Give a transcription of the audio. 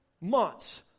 months